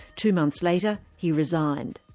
two months later, he resigned.